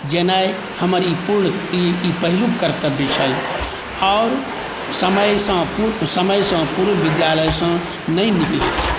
जेनाइ हमर ई पूर्ण ई पहिलुक कर्तव्य छल आओर समयसँ पूर्व समयसँ पूर्व विद्यालयसँ नहि निकलै छलहुँ